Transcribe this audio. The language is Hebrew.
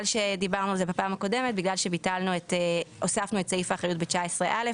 פגם כאמור ולעניין זה יחולו הוראות סעיף 19(ז).